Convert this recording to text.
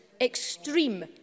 extreme